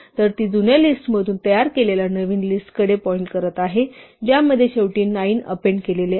तर ती त्या जुन्या लिस्टमधून तयार केलेल्या नवीन लिस्ट कडे पॉईंट करत आहे ज्यामध्ये शेवटी 9 अपेंड केलेले आहे